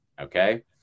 okay